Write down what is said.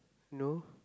no